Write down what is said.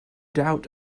doubt